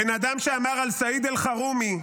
בן אדם שאמר על סעיד אלחרומי,